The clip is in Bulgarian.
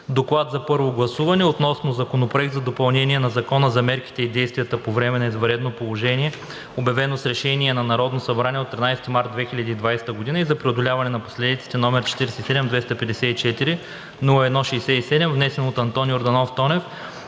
„ДОКЛАД за първо гласуване относно Законопроект за допълнение на Закона за мерките и действията по време на извънредното положение, обявено с решение на Народното събрание от 13 март 2020 г., и за преодоляване на последиците, № 47-254-01-67, внесен от Антон Йорданов Тонев